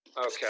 okay